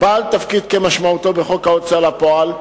בעל תפקיד כמשמעותו בחוק ההוצאה לפועל,